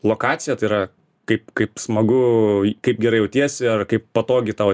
lokacija tai yra kaip kaip smagu kaip gerai jautiesi ar kaip patogiai tau